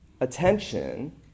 attention